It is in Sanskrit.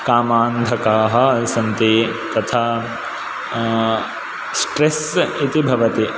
कामान्धकाः सन्ति तथा स्ट्रेस् इति भवति